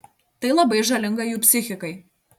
tai labai žalinga jų psichikai